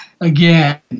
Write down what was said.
again